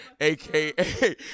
aka